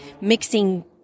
mixing